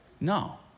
No